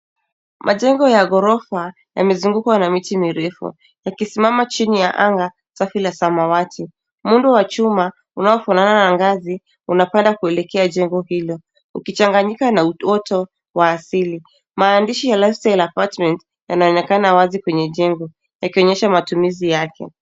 Majengo ya ghorofa yamezungukwa na miti mirefu ikisimama chini yaanga safi la samawati. Muundo ya chuma, unaofanana na ngazi, unapanda kuelekea jengo hilo. Ukichanganyika na utoto wa asili. Maandishi ya Lifestyle Apartments yanaonekana wazi kwenye jengo, yakionyesha matumizi yake.